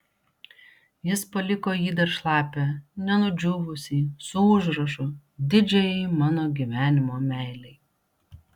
jis paliko jį dar šlapią nenudžiūvusį su užrašu didžiajai mano gyvenimo meilei